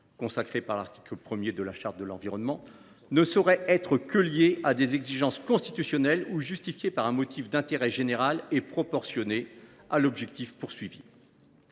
consacré par l’article 1 de la Charte de l’environnement, « ne sauraient être que liées à des exigences constitutionnelles ou justifiées par un motif d’intérêt général et proportionnées à l’objectif poursuivi.